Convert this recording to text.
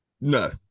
No